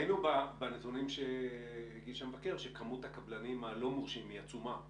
ראינו בנתונים שהגיש המבקר שכמות הקבלנים הלא מורשים היא עצומה ביחס.